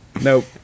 Nope